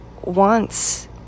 wants